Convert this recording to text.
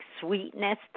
sweetness